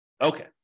Okay